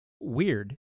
weird